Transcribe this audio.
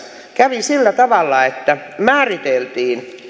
kävi sillä tavalla että määriteltiin